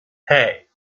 hey